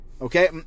Okay